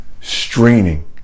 straining